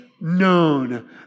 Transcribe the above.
known